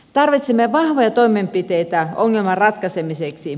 tarvitsemme vahvoja toimenpiteitä ongelman ratkaisemiseksi